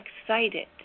excited